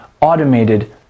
automated